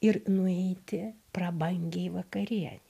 ir nueiti prabangiai vakarienei